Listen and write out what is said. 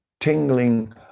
tingling